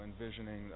envisioning